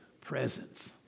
presence